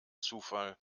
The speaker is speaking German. zufall